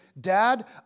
Dad